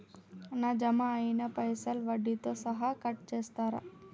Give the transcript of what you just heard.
నా జమ అయినా పైసల్ వడ్డీతో సహా కట్ చేస్తరా?